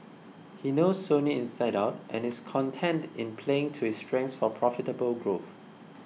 he knows Sony inside out and is content in playing to his strengths for profitable growth